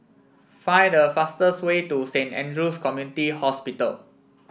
find the fastest way to Saint Andrew's Community Hospital